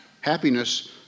Happiness